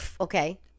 Okay